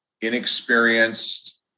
inexperienced